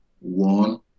one